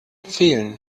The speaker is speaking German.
fehlen